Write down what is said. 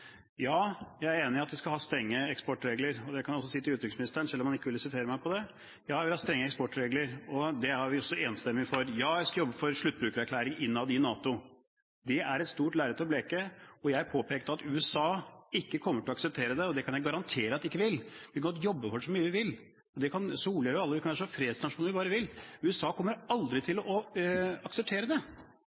Ja, jeg er enig i at vi skal ha strenge eksportregler, og det kan jeg også si til utenriksministeren selv om han ikke ville sitere meg på det. Ja, jeg vil ha strenge eksportregler, og det er vi også enstemmig for, og ja, vi skal jobbe for en sluttbrukererklæring innad i NATO. Det er et stort lerret å bleke. Jeg påpekte at USA ikke kommer til å akseptere det, og det kan jeg garantere at de ikke vil! Vi kan godt jobbe for det så mye vi vil, det kan Solhjell og alle gjøre, og vi kan være så mye fredsnasjon vi bare vil, men USA kommer aldri til å akseptere det.